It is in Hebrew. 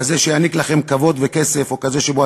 כזה שיעניק לכם כבוד וכסף או כזה שבו